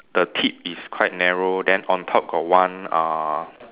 the tip is quite narrow then on top got one uh